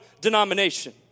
denomination